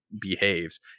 behaves